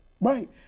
Right